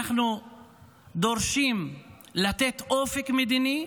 אנחנו דורשים לתת אופק מדיני,